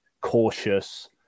cautious